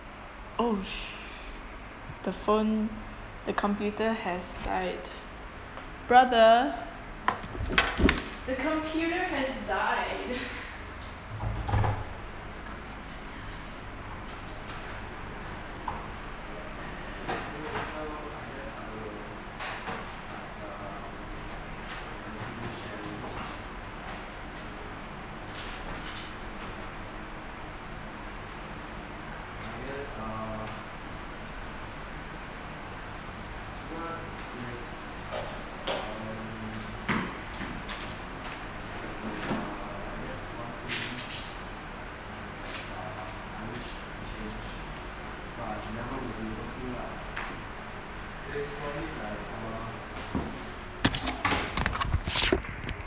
oh sh~ the phone the computer has died brother the computer has died